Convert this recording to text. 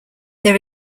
there